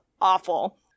awful